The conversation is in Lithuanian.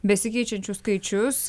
besikeičiančius skaičius